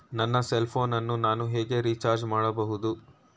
ನನ್ನ cell phone ಅನ್ನು ನಾನು ಹೇಗೆ ರಿಚಾರ್ಜ್ ಮಾಡಬಹುದು?